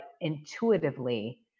intuitively